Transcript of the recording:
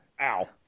Ow